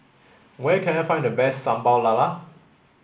where can I find the best Sambal Lala